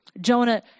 Jonah